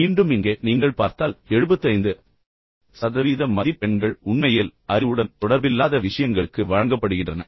மீண்டும் இங்கே நீங்கள் பார்த்தால் 75 சதவீத மதிப்பெண்கள் உண்மையில் அறிவுடன் தொடர்பில்லாத விஷயங்களுக்கு வழங்கப்படுகின்றன